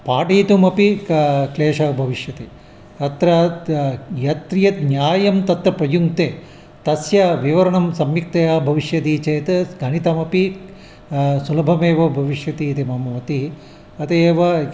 पाठयितुमपि कः क्लेशः भविष्यति अत्र त् यत् यत् न्यायं तत्र प्रयुङ्ते तस्य विवरणं सम्यक्तया भविष्यति चेत् गणितमपि सुलभमेव भविष्यति इति मम मति अत एव